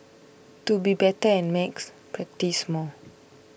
to be better at maths practise more